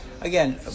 Again